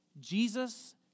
Jesus